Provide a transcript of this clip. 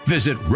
Visit